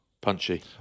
Punchy